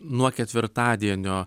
nuo ketvirtadienio